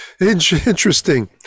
Interesting